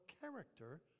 character